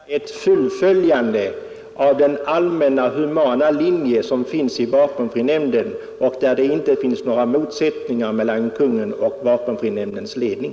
Herr talman! Vi har att vänta ett fullföljande av den allmänna humana linje som vapenfrinämnden följer. Där finns det inga motsättningar mellan Kungl. Maj:t och vapenfrinämndens ledning.